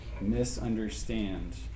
misunderstand